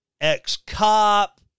ex-cop